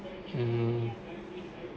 um